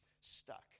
Stuck